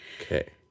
Okay